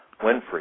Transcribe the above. Winfrey